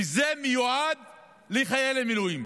וזה מיועד לחיילי מילואים.